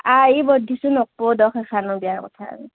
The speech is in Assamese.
আ ই বৰ দিছো নকব দক সেইখানৰ বিয়াৰ কথা